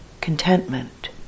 contentment